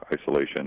isolation